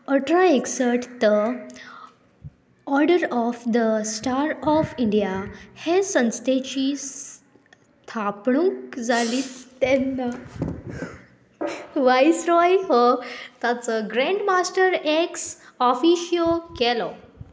अठरा एकसठत order of the star of India हे संस्थेची स्थापणूक जाली तेन्ना वायसरॉय हो ताचो ग्रँड मास्टर एक्स ऑफिशियो केलो